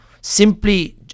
simply